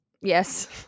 Yes